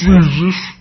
Jesus